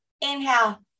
inhale